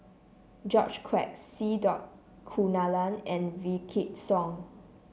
George Quek C dot Kunalan and Wykidd Song